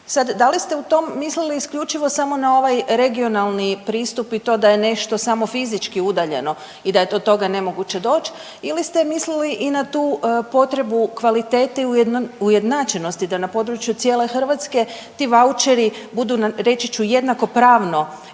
da li ste u tom mislili isključivo samo na ovaj regionalni pristup i to da je nešto samo fizički udaljeno i da je do toga nemoguće doć ili ste mislili i na tu potrebu kvalitete ujednačenosti da na području cijele Hrvatske ti vaučeri budu na reći ću jednakopravno